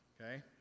Okay